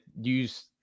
use